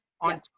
On